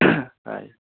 पायो